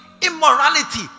immorality